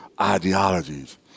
ideologies